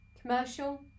commercial